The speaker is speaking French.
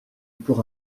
pour